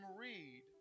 read